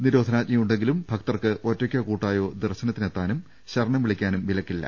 നിരോധ്നാജ്ഞയുണ്ടെങ്കിലും ഭക്തർക്ക് ഒറ്റക്കോ കൂട്ടായോ ദർശനത്തിനെത്താനും ശരണം വിളിക്കാനും വിലക്കില്ല